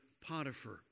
Potiphar